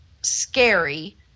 scary